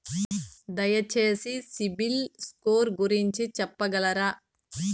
దయచేసి CIBIL score గురించి చెప్పగలరా?